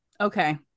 Okay